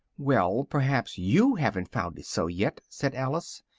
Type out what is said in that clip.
well, perhaps you haven't found it so yet, said alice,